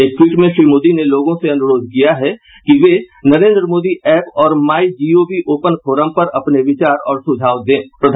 एक ट्वीट में श्री मोदी ने लोगों से अनुरोध किया है कि वे नरेन्द्र मोदी ऐप्प और माई जीओवी ओपन फोरम पर अपने विचार और सुझाव दे सकते हैं